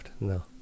No